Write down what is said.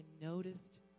noticed